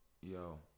Yo